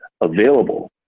available